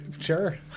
Sure